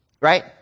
Right